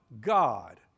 god